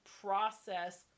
process